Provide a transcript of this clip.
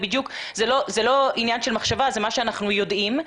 זה לא עניין של מחשבה אלא זה משהו שאנחנו יודעים.